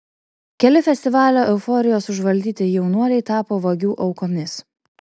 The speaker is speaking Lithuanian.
keli festivalio euforijos užvaldyti jaunuoliai tapo vagių aukomis